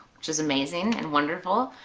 which is amazing and wonderful.